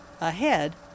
ahead